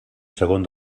segon